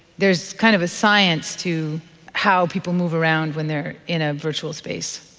there's kind of a science to how people move around when they're in a virtual space.